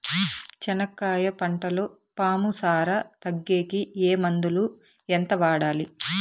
చెనక్కాయ పంటలో పాము సార తగ్గేకి ఏ మందులు? ఎంత వాడాలి?